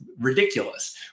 ridiculous